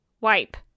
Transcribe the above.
wipe